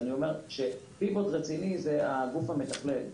רציני זה הגוף המתכלל.